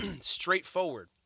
straightforward